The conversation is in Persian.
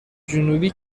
جنوبی